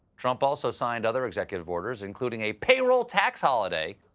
trump also signed other executive orders including a payroll tax holiday,